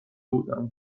بودم